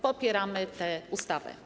Popieramy tę ustawę.